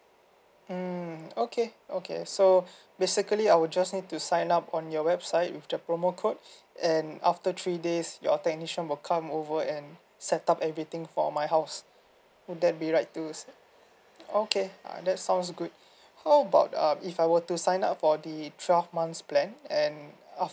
mm okay okay so basically I will just need to sign up on your website with the promo code and after three days your technician will come over and set up everything for my house would that be right to say oh okay ya that sounds good how about uh if I were to sign up for the twelve months plan and